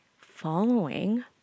following